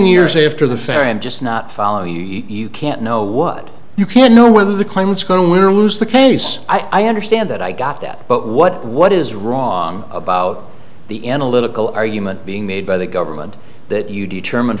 years after the ferry i'm just not following you can't know what you can know whether the claim is going to lose the case i understand that i got that but what what is wrong about the analytical argument being made by the government that you determine